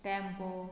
tempo